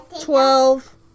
Twelve